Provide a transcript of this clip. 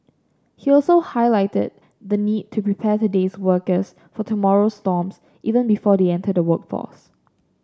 he also highlighted the need to prepare today's workers for tomorrow's storms even before they enter the workforce